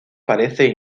parece